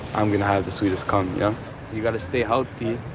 i'm going to have the sweetest cum you've got to stay healthy.